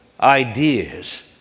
ideas